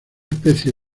especie